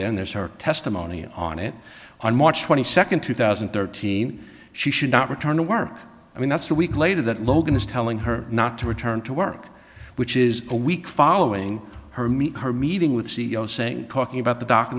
then there's her testimony on it on march twenty second two thousand and thirteen she should not return to work i mean that's a week later that logan is telling her not to return to work which is a week following her meet her meeting with the c e o saying talking about the doc in